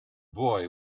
boy